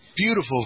beautiful